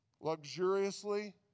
Luxuriously